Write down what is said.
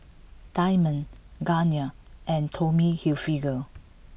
Diamond Garnier and Tommy Hilfiger